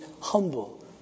humble